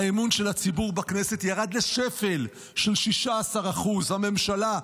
האמון של הציבור בכנסת ירד לשפל של 16%. הממשלה,